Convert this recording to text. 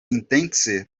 intence